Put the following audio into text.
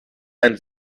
ein